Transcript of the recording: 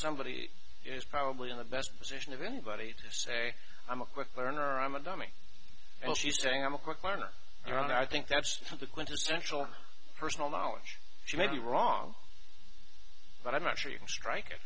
somebody is probably in the best position of anybody to say i'm a quick learner i'm a dummy and she's saying i'm a quick learner but i think that's the quintessential personal knowledge she may be wrong but i'm not sure you can strike